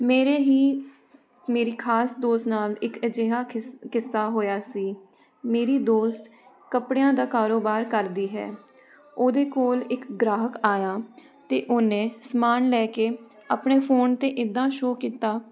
ਮੇਰੇ ਹੀ ਮੇਰੀ ਖਾਸ ਦੋਸਤ ਨਾਲ ਇੱਕ ਅਜਿਹਾ ਕਿ ਕਿੱਸਾ ਹੋਇਆ ਸੀ ਮੇਰੀ ਦੋਸਤ ਕੱਪੜਿਆਂ ਦਾ ਕਾਰੋਬਾਰ ਕਰਦੀ ਹੈ ਉਹਦੇ ਕੋਲ ਇੱਕ ਗ੍ਰਾਹਕ ਆਇਆ ਅਤੇ ਉਹਨੇ ਸਮਾਨ ਲੈ ਕੇ ਆਪਣੇ ਫੋਨ 'ਤੇ ਇੱਦਾਂ ਸ਼ੋਅ ਕੀਤਾ